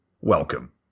welcome